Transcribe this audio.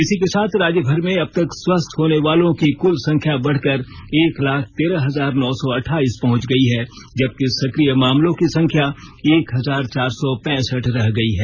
इसी के साथ राज्यभर में अब तक स्वस्थ होनेवालों की कुल संख्या बढ़कर एक लाख तेरह हजार नौ सौ अठाइस पहुंच गई है जबकि सक्रिय मामलों की संख्या एक हजार चार सौ पैसठ रह गई है